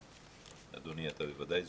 אדוני אתה בוודאי זוכר,